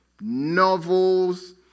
Novels